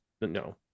no